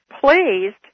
pleased